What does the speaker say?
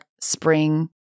spring